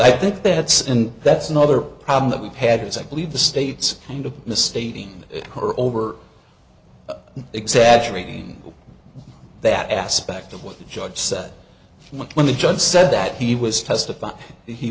i think that's and that's another problem that we've had is i believe the state's going to misstating her over exaggerating that aspect of what the judge said when the judge said that he was testifying